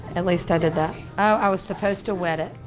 at least i did that. oh, i was supposed to wet it,